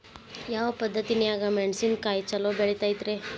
ಯಾವ ಪದ್ಧತಿನ್ಯಾಗ ಮೆಣಿಸಿನಕಾಯಿ ಛಲೋ ಬೆಳಿತೈತ್ರೇ?